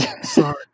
Sorry